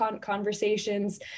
conversations